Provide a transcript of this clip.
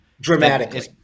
Dramatically